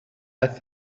aeth